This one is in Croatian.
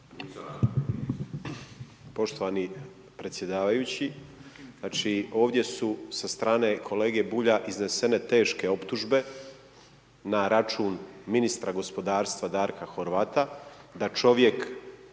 Poštovani predsjedavajući, znači ovdje su sa strane kolege Bulja iznesene teške optužbe na račun ministra gospodarstva Darka Horvata da čovjek